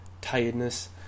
Tiredness